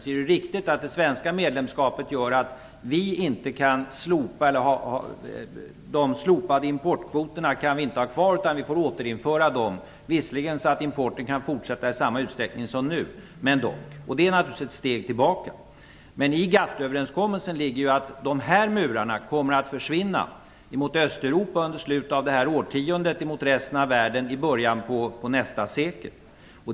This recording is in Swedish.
Det är riktigt att det svenska medlemskapet gör att vi inte kan ha kvar ett system med slopade importkvoter, utan dem får vi återinföra - visserligen så att importen kan fortsätta i samma utsträckning som nu, men ändå. Det är naturligtvis ett steg tillbaka. Men i GATT överenskommelsen ligger att de här murarna kommer att försvinna i slutet av det här årtiondet gentemot Östeuropa och i början av nästa sekel gentemot resten av världen.